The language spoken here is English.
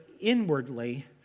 inwardly